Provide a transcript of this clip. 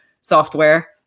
software